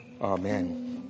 amen